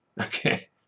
Okay